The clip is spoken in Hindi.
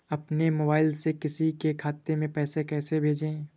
अपने मोबाइल से किसी के खाते में पैसे कैसे भेजें?